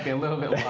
little bit